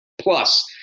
plus